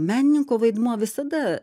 menininko vaidmuo visada